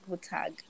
tag